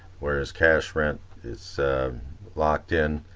whereas cash rent is locked in,